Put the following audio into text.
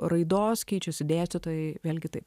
raidos keičiasi dėstytojai vėlgi tai